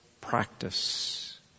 practice